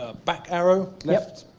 ah back arrow left,